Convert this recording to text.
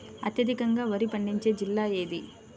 అత్యధికంగా వరి పండించే జిల్లా ఏది?